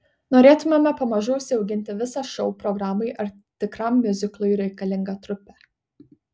norėtumėme pamažu užsiauginti visą šou programai ar tikram miuziklui reikalingą trupę